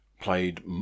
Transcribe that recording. Played